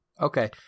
Okay